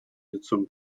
лицом